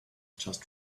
just